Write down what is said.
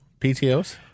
PTOs